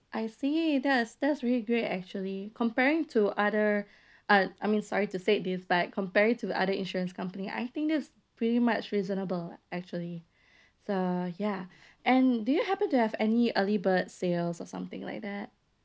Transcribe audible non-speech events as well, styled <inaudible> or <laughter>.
I see that's that's really great actually comparing to other uh I mean sorry to say this but comparing to other insurance company I think that's pretty much reasonable actually <breath> so uh ya and do you happen to have any early bird sales or something like that